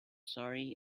surrey